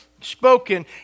spoken